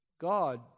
God